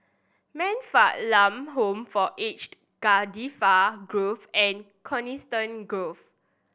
Man Fatt Lam Home for Aged Cardifi Grove and Coniston Grove